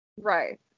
Right